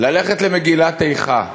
ללכת למגילת איכה.